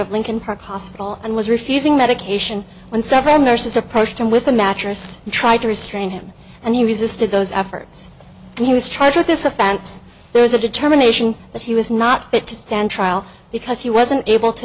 of lincoln park hospital and was refusing medication when several nurses approached him with a mattress tried to restrain him and he resisted those efforts he was treasurer this offense there was a determination that he was not fit to stand trial because he wasn't able to